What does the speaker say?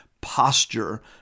posture